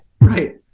Right